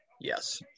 Yes